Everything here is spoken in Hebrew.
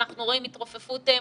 אנחנו רואים התרופפות מוחלטת.